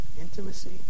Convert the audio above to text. intimacy